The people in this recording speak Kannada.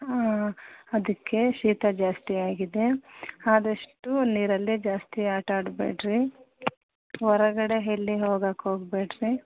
ಹಾಂ ಅದಕ್ಕೆ ಶೀತ ಜಾಸ್ತಿ ಆಗಿದೆ ಆದಷ್ಟು ನೀರಲ್ಲಿ ಜಾಸ್ತಿ ಆಟ ಆಡಬೇಡ್ರಿ ಹೊರಗಡೆ ಎಲ್ಲಿ ಹೋಗಕ್ಕೋಗ್ಬೇಡ್ರಿ